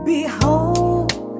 Behold